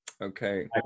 Okay